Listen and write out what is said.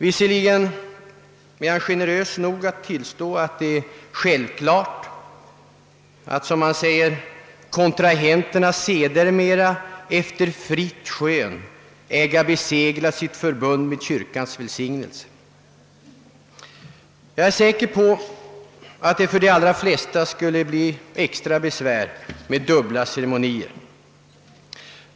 Visserligen är han generös nog att framhålla att det är självklart att kontrahenterna sedermera skall »efter fritt skön äga besegla sitt förbund med kyrkans välsignelse». Jag är dock säker på att. det för de allra flesta skulle bli extra besvär med dubbla ceremonier.